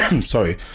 sorry